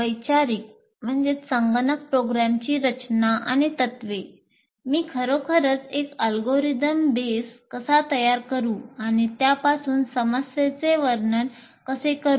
वैचारिक कसा तयार करू आणि त्यापासून समस्येचे वर्णन कसे करू